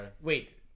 Wait